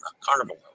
Carnival